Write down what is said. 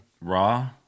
Raw